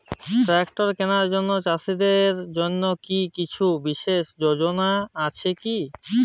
Tractor কেনার জন্য চাষীদের জন্য কী কিছু বিশেষ যোজনা আছে কি?